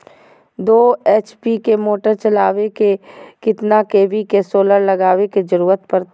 दो एच.पी के मोटर चलावे ले कितना के.वी के सोलर लगावे के जरूरत पड़ते?